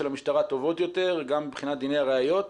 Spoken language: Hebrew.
של המשטרה טובות יותר, גם מבחינת דיני הראיות,